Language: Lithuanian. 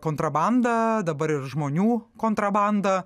kontrabanda dabar ir žmonių kontrabanda